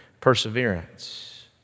perseverance